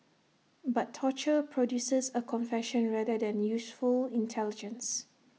but torture produces A confession rather than useful intelligence